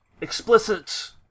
explicit